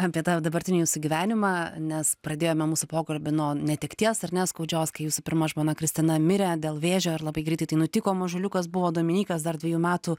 apie tą dabartinį jūsų gyvenimą nes pradėjome mūsų pokalbį nuo netekties ar ne skaudžios kai jūsų pirma žmona kristina mirė dėl vėžio ir labai greitai tai nutiko mažuliukas buvo dominykas dar dvejų metų